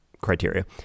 criteria